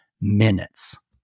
minutes